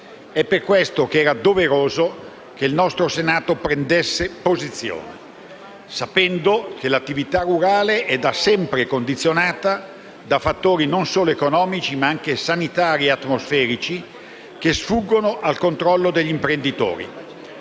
È per questo che era doveroso che il Senato prendesse posizione, sapendo che l'attività rurale è da sempre condizionata da fattori non solo economici, ma anche sanitari e atmosferici, che sfuggono al controllo degli imprenditori.